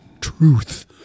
truth